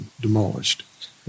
demolished